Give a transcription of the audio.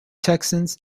texans